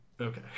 Okay